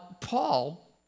Paul